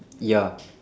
ya